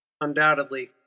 Undoubtedly